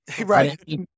Right